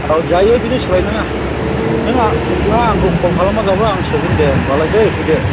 औ जायो बिदिनो सोलायनाङा नों फैब्ला आंखौ क'ल खालामाब्लानो जाबाय आं सोगोन दे होनबालाय दै फैदो